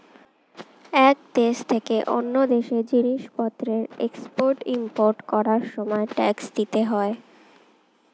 এক দেশ থেকে অন্য দেশে জিনিসপত্রের এক্সপোর্ট ইমপোর্ট করার সময় ট্যাক্স দিতে হয়